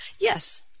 Yes